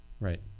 Right